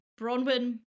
Bronwyn